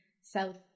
South